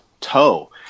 toe